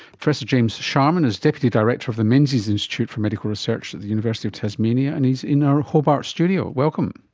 professor james sharman is deputy director of the menzies institute for medical research at the university of tasmania, and he's in our hobart studio. welcome.